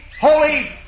holy